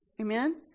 Amen